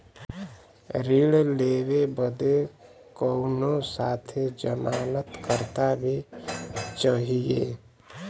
ऋण लेवे बदे कउनो साथे जमानत करता भी चहिए?